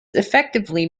effectively